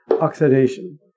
oxidation